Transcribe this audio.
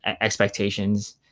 expectations